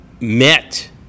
met